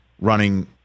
running